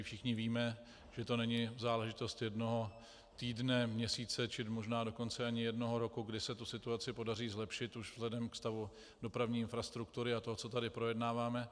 Všichni víme, že to není záležitost jednoho týdne, měsíce, či možná dokonce ani jednoho roku, kdy se tu situaci podaří zlepšit už vzhledem ke stavu dopravní infrastruktury a toho, co tady projednáváme.